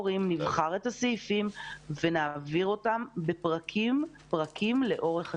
נבחר את הסעיפים ונעביר אותם בפרקים לאורך השנה.